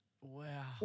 Wow